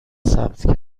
ثبت